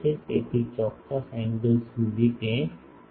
તેથી ચોક્કસ એન્ગલ સુધી તે ત્યાં છે